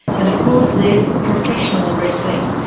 and of course there's professional wrestling,